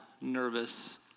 nervous